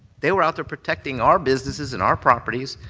they were out there protecting our businesses and our properties,